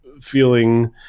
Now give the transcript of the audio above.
feeling